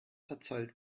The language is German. verzollt